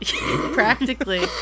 Practically